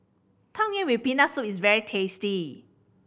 Tang Yuen with Peanut Soup is very tasty